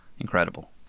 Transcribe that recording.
Incredible